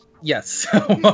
Yes